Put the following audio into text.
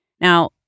Now